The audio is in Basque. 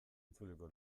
itzuliko